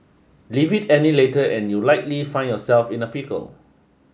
leave it any later and you'll likely find yourself in a pickle